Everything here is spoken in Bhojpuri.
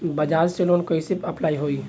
बज़ाज़ से लोन कइसे अप्लाई होई?